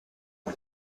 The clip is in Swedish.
det